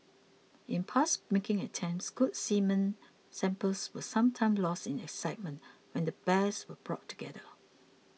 in past mating attempts good semen samples were sometimes lost in excitement when the bears were brought together